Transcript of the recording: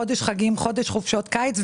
חודש חגים, חודש חופשות קיץ.